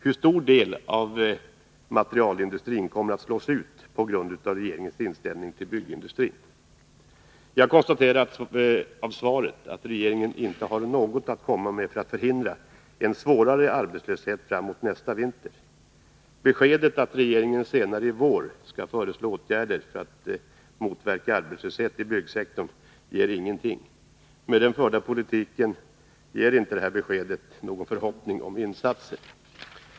Hur stor del av byggmaterialindustrin kommer att slås ut på grund av regeringens inställning till byggnadsindustrin? Jag konstaterar — det är en slutsats jag drar av svaret — att regeringen inte har någonting att komma med för att förhindra en svårare arbetslöshet framemot nästa vinter. Beskedet att regeringen senare i vår skall föreslå åtgärder för att motverka arbetslöshet i byggsektorn ger ingenting. Med tanke på den förda politiken ger inte det beskedet någon förhoppning om insatser.